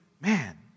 man